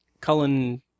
Cullen